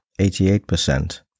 88%